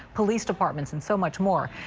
police departments, and so much more.